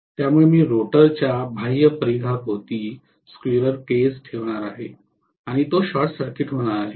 त्यामुळे मी रोटरच्या बाह्य परिघाभोवती स्क्विरल केज ठेवणार आहे आणि तो शॉर्टसर्किट होणार आहे